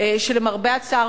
למרבה הצער,